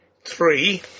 Three